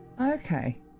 Okay